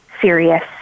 serious